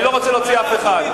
אני לא רוצה להוציא אף אחד.